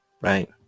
right